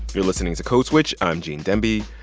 you're listening to code switch. i'm gene demby.